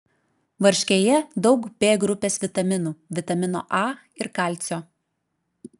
varškėje daug b grupės vitaminų vitamino a ir kalcio